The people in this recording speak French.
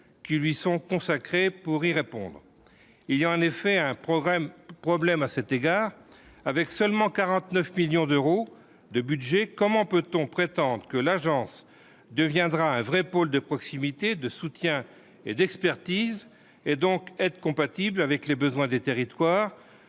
qui lui sont consacrés, pour y répondre, il y a en effet un programme problème à cet égard, avec seulement 49 millions d'euros de budget, comment peut-on prétendent que l'agence deviendra un vrai pôle de proximité, de soutien et d'expertise et donc être compatible avec les besoins des territoires,